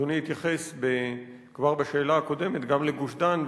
אדוני התייחס כבר בשאלה הקודמת גם לגוש-דן,